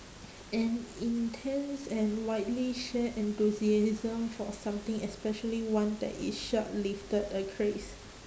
an intense and widely shared enthusiasm for something especially one that is short-lived a craze